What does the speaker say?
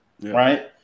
right